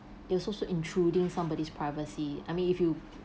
it's also intruding somebody's privacy I mean if you